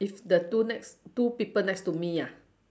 if the two next two people next to me ah